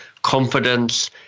Confidence